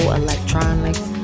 electronics